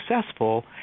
successful